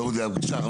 לא מדויק.